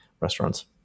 restaurants